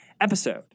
episode